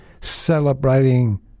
celebrating